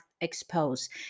exposed